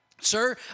Sir